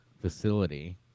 facility